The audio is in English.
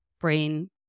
brain